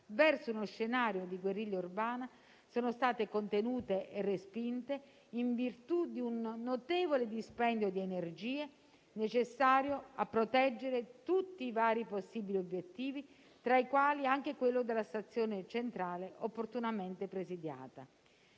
verso uno scenario di guerriglia urbana, sono state contenute e respinte, in virtù di un notevole dispendio di energie necessario a proteggere tutti i vari possibili obiettivi, tra i quali anche quello della Stazione Centrale, opportunamente presidiata.